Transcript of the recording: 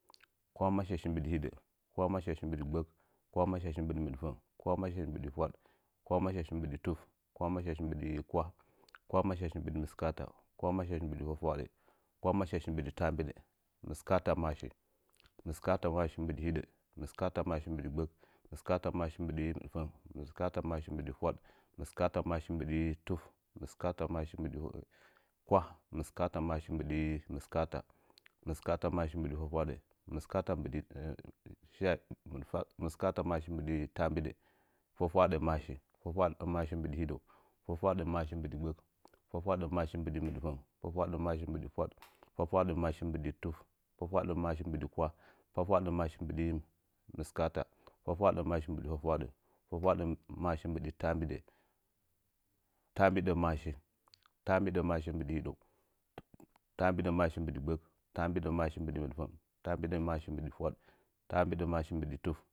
Kwahmashi mbɨɗi hidə, kwahmashi mbɨɗi gbək, kwahmashi mbɨɗi mɨɗfang, kwahmashi mbɨɗi fwaɗ, kwahmashi mbɨɗi tuf, kwahmashi mbɨɗi kwah, kwahmashi mbɨɗi mɨskoata, kwahmashi mbɨɗi fwafwaɗə, kwahmashi mbɨɗi taambiɗə, mɨskaatamashi, mɨskaatamashi mbɨɗi hidə, mɨskaatamashi mbɨɗi gbək, mɨskaatamashi mbɨɗi mɨɗfəng, mɨskaatamashi mbɨɗi fwaɗ, mɨskaatamashi mbɨɗi tuf, mɨskaatamashi mbɨɗi kwah, mɨskaatamashi mbɨɗi mɨskaafa, mɨskaatamashi mbɨɗi fwafwaɗə, mɨskaatamashi mbɨɗi taambidə, fwafwadə maashi fwafwadəmaashi mbɨɗi hidə, fwafwadəmaashi mbɨɗi gbək, fwafwadəmaashi mbɨɗi mɨɗfəng, fwafwadəmaashi mbɨɗi fwaɗ, fwafwadəmaashi mbɨɗi tuf, fwafwadəmaashi mbɨɗi kwah, fwafwadəmaashi mbɨɗi mɨskaata, fwafwadəmaashi mbɨɗi taambidə, taambɨtəmaashi, taambidəmaashi mbɨɗi hidə, taambidəmaashi mbɨɗi gbək, taambidəmaashi mbɨɗi mɨɗfang, taambidəmaashi mbɨɗi fwad, taambidəmaashi mbɨɗi tuf.